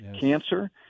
Cancer